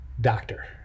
doctor